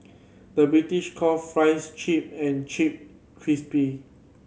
the British call fries chip and chip crispy